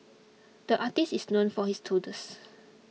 the artist is known for his doodles